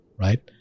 right